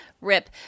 rip